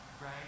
right